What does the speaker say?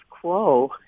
quo